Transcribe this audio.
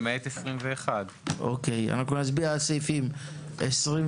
למעט סעיף 21. אנחנו נצביע על סעיפים 22,